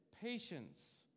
patience